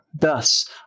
Thus